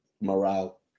morale